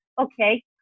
Okay